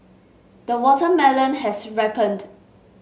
the watermelon has ripened